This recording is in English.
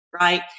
right